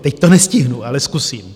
Teď to nestihnu, ale zkusím.